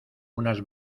unas